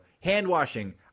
Hand-washing